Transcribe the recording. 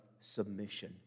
submission